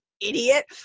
idiot